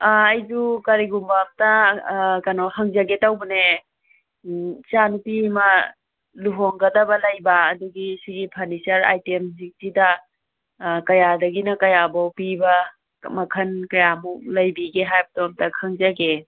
ꯑꯩꯖꯨ ꯀꯔꯤꯒꯨꯝꯕ ꯑꯝꯇ ꯀꯩꯅꯣ ꯍꯪꯖꯒꯦ ꯇꯧꯕꯅꯦ ꯏꯆꯥ ꯅꯨꯄꯤ ꯑꯃ ꯂꯨꯍꯣꯡꯒꯗꯕ ꯂꯩꯕ ꯑꯗꯨꯒꯤ ꯁꯤꯒꯤ ꯐꯔꯅꯤꯆꯔ ꯑꯥꯏꯇꯦꯝꯁꯤꯡꯁꯤꯗ ꯀꯌꯥꯗꯒꯤꯅ ꯀꯌꯥꯐꯥꯎ ꯄꯤꯕ ꯑꯃ ꯈꯟ ꯀꯌꯥꯕꯣꯛ ꯂꯩꯕꯤꯒꯦ ꯍꯥꯏꯕꯗꯣ ꯑꯝꯇ ꯈꯪꯖꯒꯦ